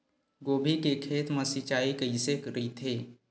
गोभी के खेत मा सिंचाई कइसे रहिथे?